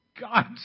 God